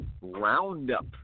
Roundup